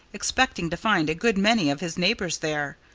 expecting to find a good many of his neighbors there.